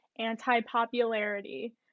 anti-popularity